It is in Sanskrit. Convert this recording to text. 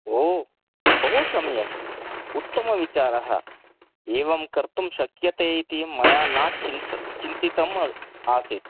ओ बहु सम्यक् उत्तमविचार एवं कर्तुं शक्यते इति मया न चिन्त चिन्तितम् आसीत्